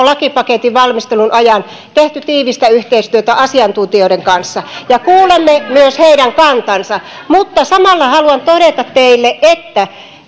lakipaketin valmistelun ajan tehneet tiivistä yhteistyötä asiantuntijoiden kanssa ja kuulemme myös heidän kantansa mutta samalla haluan todeta teille että